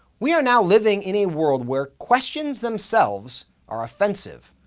we are now living in a world where questions themselves are offensive.